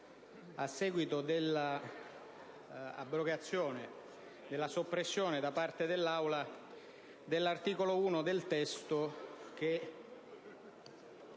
a seguito della soppressione da parte dell'Aula dell'articolo 1 del testo (che